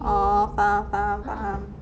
oh faham faham faham